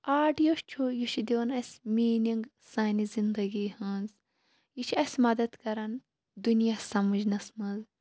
آٹ یُس چھُ یہِ چھُ دِوان اَسہِ میٖنِگ سانہِ زِندگی ہنز یہِ چھُ اَسہِ مَدد کران دُنیاہ سَمجنَس منٛز